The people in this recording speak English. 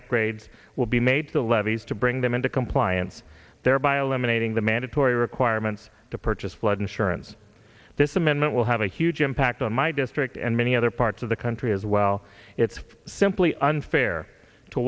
upgrades will be made to the levies to bring them into compliance thereby a lemonade ing the mandatory requirements to purchase flood insurance this amendment will have a huge impact on my district and many other parts of the country as well it's simply unfair to